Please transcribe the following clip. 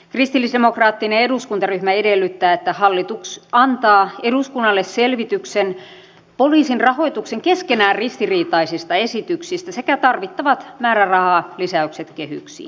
kristillisdemokraattinen eduskuntaryhmä edellyttää että hallitus antaa eduskunnalle selvityksen poliisin rahoituksen keskenään ristiriitaisista esityksistä sekä tarvittavat määrärahalisäykset kehyksiin